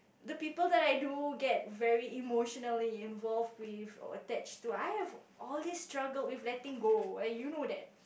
the people that I do get very emotionally involved with or attached to I have all these struggle with letting go eh you know that